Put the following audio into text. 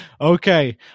Okay